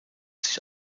sich